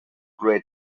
great